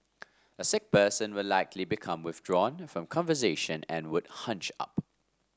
a sick person will likely become withdrawn from conversation and would hunch up